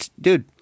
Dude